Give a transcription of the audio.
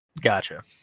Gotcha